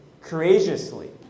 courageously